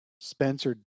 Spencer